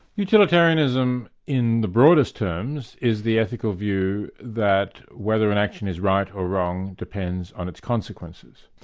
utilitarianism, in the broadest terms, is the ethical view that whether an action is right or wrong depends on its consequences.